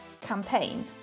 campaign